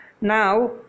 Now